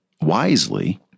wisely